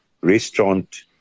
restaurant